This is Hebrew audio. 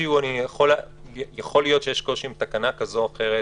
יכול להיות שיש קושי עם תקנה כזאת או אחרת,